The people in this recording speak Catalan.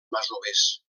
masovers